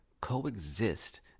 coexist